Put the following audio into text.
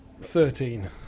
Thirteen